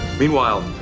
Meanwhile